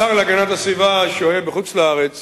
השר להגנת הסביבה שוהה בחוץ-לארץ